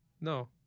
No